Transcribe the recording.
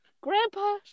Grandpa